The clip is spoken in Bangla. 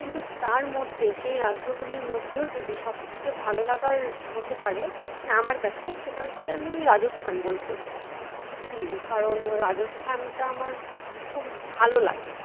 কিন্তু তার মধ্যে সেই রাজ্যগুলির মধ্যেও যদি সবথেকে ভালো লাগার হতে পারে মানে আমার কাছে সেটা হচ্ছে আমি রাজস্থান বলব কারণ রাজস্থানটা আমার খুব ভালো লাগে